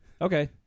Okay